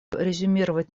резюмировать